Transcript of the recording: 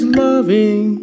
loving